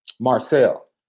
Marcel